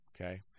okay